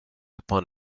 upon